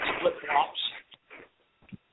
flip-flops